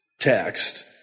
text